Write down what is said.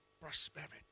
prosperity